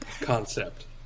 concept